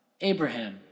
Abraham